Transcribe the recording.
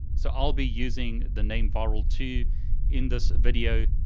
so i'll be using the name virl two in this video,